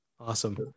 Awesome